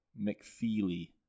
mcfeely